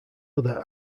other